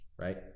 right